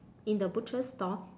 in the butcher's store